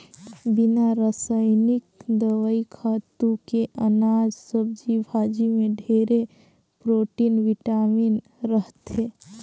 बिना रसइनिक दवई, खातू के अनाज, सब्जी भाजी में ढेरे प्रोटिन, बिटामिन रहथे